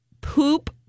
poop